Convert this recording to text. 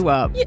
up